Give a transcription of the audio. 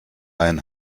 einen